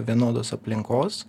vienodos aplinkos